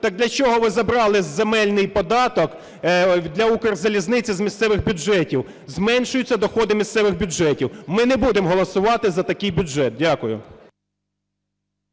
Так для чого ви забрали земельний податок для "Укрзалізниці" з місцевих бюджетів? Зменшуються доходи місцевих бюджетів. Ми не будемо голосувати за такий бюджет. Дякую.